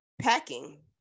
packing